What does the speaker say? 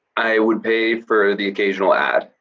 i would pay for the occasional ad,